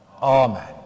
Amen